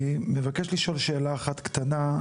אני מבקש לשאול שאלה אחת קטנה.